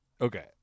Okay